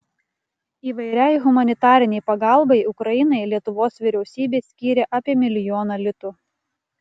įvairiai humanitarinei pagalbai ukrainai lietuvos vyriausybė skyrė apie milijoną litų